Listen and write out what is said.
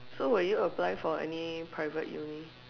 so will you apply for any private uni